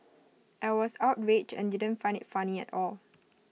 I was outraged and didn't find IT funny at all